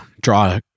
draw